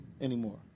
anymore